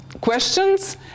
questions